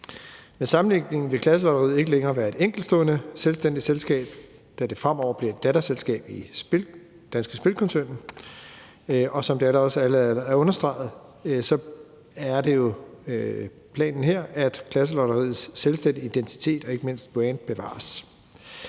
Med sammenlægningen vil Klasselotteriet ikke længere være et enkeltstående selvstændigt selskab, da det fremover bliver et datterselskab i Danske Spil-koncernen. Og som det også allerede er blevet understreget, er det jo planen her, at Klasselotteriets selvstændige identitet og ikke mindst brand bevares.